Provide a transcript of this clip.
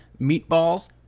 meatballs